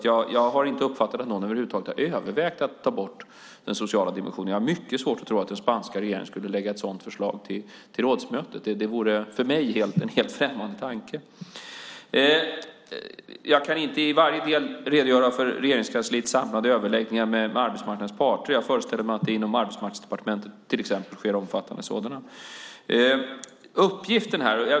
Jag har inte uppfattat att någon ens har övervägt att ta bort den sociala dimensionen, och jag har mycket svårt att tro att den spanska regeringen skulle lägga fram ett sådant förslag till rådsmötet. Det vore för mig en helt främmande tanke. Jag kan inte i varje del redogöra för Regeringskansliets samlade överläggningar med arbetsmarknadens parter. Jag föreställer mig att det till exempel inom Arbetsmarknadsdepartementet sker omfattande sådana.